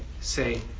say